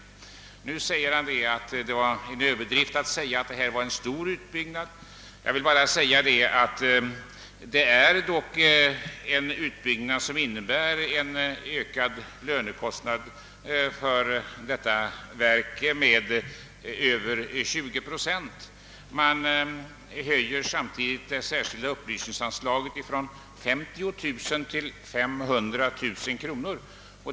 Herr Lindahl säger att det var en överdrift att kalla detta för en stor utbyggnad. Det är dock en utbyggnad som innebär ökade lönekostnader för detta verk med över 20 procent. Man höjer samtidigt det särskilda upplysningsanslaget från 50 000 till 5350 000 kronor.